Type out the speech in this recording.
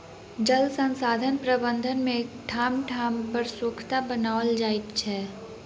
जल संसाधन प्रबंधन मे ठाम ठाम पर सोंखता बनाओल जाइत छै